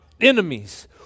enemies